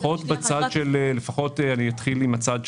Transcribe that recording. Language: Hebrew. לפחות בצד של רשות החשמל,